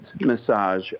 massage